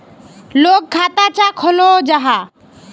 लोग खाता चाँ खोलो जाहा?